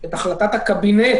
את החלטת הקבינט